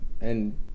And-